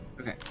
Okay